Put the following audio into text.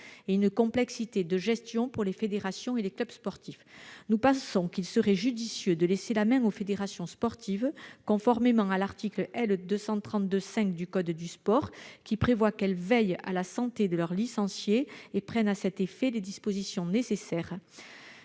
et une complexité de gestion pour les fédérations et les clubs sportifs. Nous pensons qu'il serait judicieux de laisser la main aux fédérations sportives, conformément à l'article L. 231-5 du code du sport, lequel prévoit qu'elles « veillent à la santé de leurs licenciés et prennent à cet effet les dispositions nécessaires